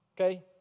okay